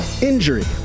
Injury